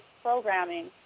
Programming